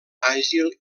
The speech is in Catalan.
àgil